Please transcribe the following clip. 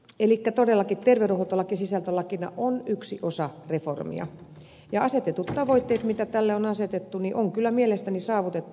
elikkä todellakin terveydenhuoltolaki sisältölakina on yksi osa reformia ja tavoitteet mitä tälle asetettu on kyllä mielestäni saavutettu